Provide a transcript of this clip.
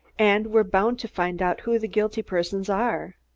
and we're bound to find out who the guilty persons are.